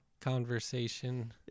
conversation